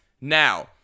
now